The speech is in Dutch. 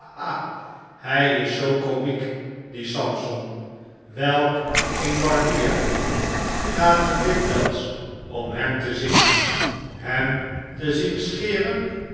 hij is zoo komiek die samson welk een barbier gaat ge dikwyls om hem te zien hem te zien scheren